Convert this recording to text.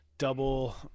Double